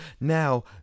now